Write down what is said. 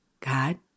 God